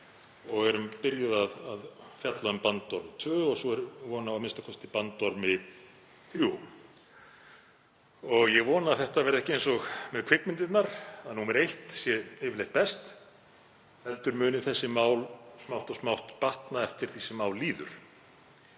erum byrjuð að fjalla um bandorm tvö og svo er a.m.k. von á bandormi þrjú. Ég vona að þetta verði ekki eins og með kvikmyndirnar, að númer 1 sé yfirleitt best, heldur muni þessi mál smátt og smátt batna eftir því sem á líður.